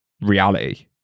reality